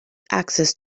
access